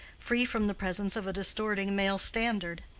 free from the presence of a distorting male standard.